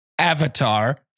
Avatar